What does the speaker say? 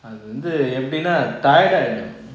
அது வந்து எபிட்ன:athu vanthu epidna tired ஆயிடுவோம்:aayeduvom